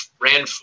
ran